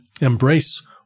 embrace